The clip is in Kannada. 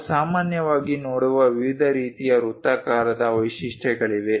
ನಾವು ಸಾಮಾನ್ಯವಾಗಿ ನೋಡುವ ವಿವಿಧ ರೀತಿಯ ವೃತ್ತಾಕಾರದ ವೈಶಿಷ್ಟ್ಯಗಳಿವೆ